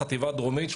חטיבה דרומית,